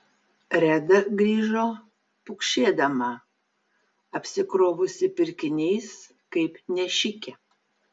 reda grįžo pukšėdama apsikrovusi pirkiniais kaip nešikė